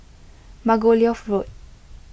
Margoliouth Road